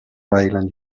island